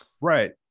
Right